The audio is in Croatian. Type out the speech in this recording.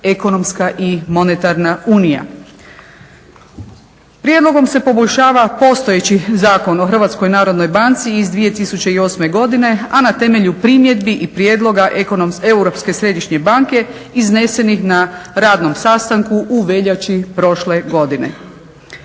ekonomska i monetarna unija. Prijedlogom se poboljšava postojeći zakon o Hrvatskoj narodnoj banci iz 2008. godine, a na temelju primjedbi i prijedloga Europske središnje banke iznesenih na radnom sastanku u veljači prošle godine.